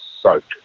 soaked